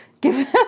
give